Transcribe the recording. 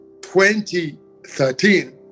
2013